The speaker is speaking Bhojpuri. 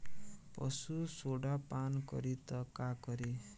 पशु सोडा पान करी त का करी?